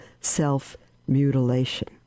self-mutilation